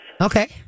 Okay